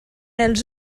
els